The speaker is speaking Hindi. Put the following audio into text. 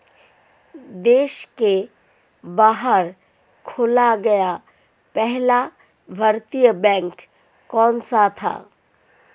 देश के बाहर खोला गया पहला भारतीय बैंक कौन सा था?